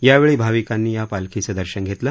यावेळी भाविकांनी या पालखीचं दर्शन घेतलं